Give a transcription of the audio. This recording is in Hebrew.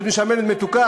חוץ משמנת לעוגה,